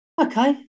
Okay